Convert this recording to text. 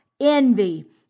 envy